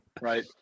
right